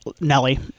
Nelly